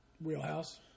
wheelhouse